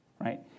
right